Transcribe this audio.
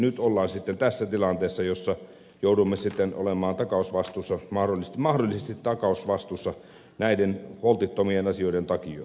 nyt ollaan sitten tässä tilanteessa jossa joudumme olemaan mahdollisesti takausvastuussa näiden holtittomien asioiden takia